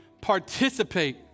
participate